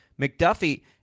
McDuffie